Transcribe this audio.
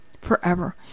forever